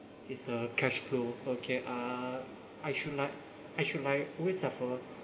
is a cash flow okay uh I should like I should like ways of a